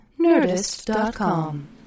Nerdist.com